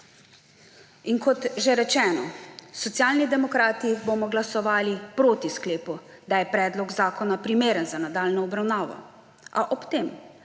Kot že rečeno, Socialni demokrati bomo glasovali proti sklepu, da je predlog zakona primeren za nadaljnjo obravnavo. A ob tem